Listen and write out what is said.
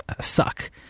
suck